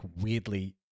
weirdly